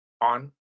on